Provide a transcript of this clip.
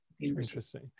interesting